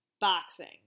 Boxing